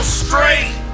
straight